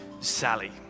Sally